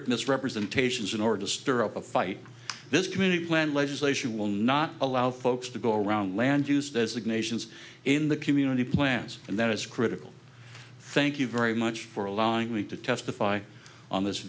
misrepresentations in order to stir up a fight this community plan legislation will not allow folks to go around land use designations in the community plans and that is critical thank you very much for allowing me to testify on this